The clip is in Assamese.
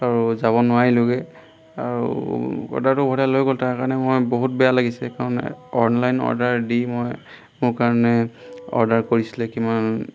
আৰু যাব নোৱাৰিলোঁগৈ আৰু অৰ্ডাৰটো ওভতাই লৈ গ'ল তাৰ কাৰণে মই বহুত বেয়া লাগিছে কাৰণ অনলাইন অৰ্ডাৰ দি মই মোৰ কাৰণে অৰ্ডাৰ কৰিছিলে কিমান